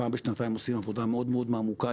פעם בשנתיים אנחנו עושים עבודה מאוד מאוד מעמיקה,